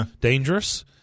dangerous